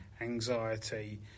anxiety